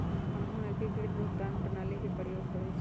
हमहु एकीकृत भुगतान प्रणाली के प्रयोग करइछि